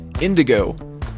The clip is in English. Indigo